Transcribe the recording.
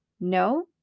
No